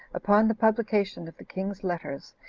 upon the publication of the king's letters,